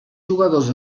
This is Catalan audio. jugadors